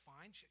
fine